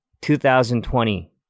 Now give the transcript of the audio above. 2020